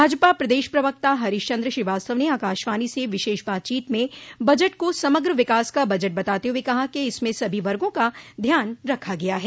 भाजपा प्रदेश प्रवक्ता हरीश चन्द्र श्रीवास्तव ने आकाशवाणी से विशेष बातचीत में बजट को समग्र विकास का बजट बताते हुए कहा कि इसमें सभी वर्गो का ध्यान रखा गया है